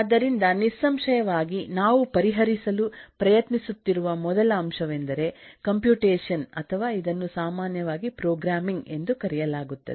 ಆದ್ದರಿಂದನಿಸ್ಸಂಶಯವಾಗಿನಾವು ಪರಿಹರಿಸಲು ಪ್ರಯತ್ನಿಸುತ್ತಿರುವಮೊದಲಅಂಶವೆಂದರೆ ಕಂಪ್ಯೂಟೇಶನ್ ಅಥವಾ ಇದನ್ನು ಸಾಮಾನ್ಯವಾಗಿಪ್ರೋಗ್ರಾಮಿಂಗ್ ಎಂದು ಕರೆಯಲಾಗುತ್ತದೆ